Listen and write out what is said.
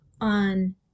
on